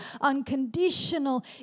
unconditional